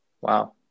Wow